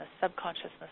subconsciousness